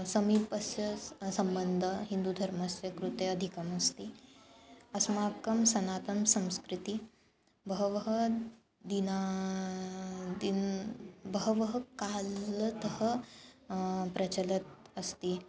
समीपस्य स सम्बन्धः हिन्दूधर्मस्य कृते अधिकम् अस्ति अस्माकं सनातनसंस्कृतिः बहवः दिनादिनम् बहवः कालतः प्रचलत् अस्ति